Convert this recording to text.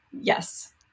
Yes